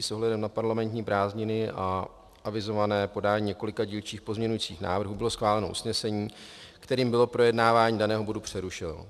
S ohledem na parlamentní prázdniny a avizované podání několika dílčích pozměňovacích návrhů bylo schváleno usnesení, kterým bylo projednávání daného bodu přerušeno.